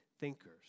thinkers